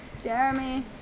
Jeremy